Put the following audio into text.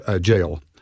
Jail